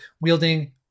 wielding